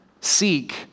seek